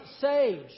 sage